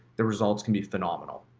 the results can be phenomenal.